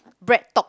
breadtalk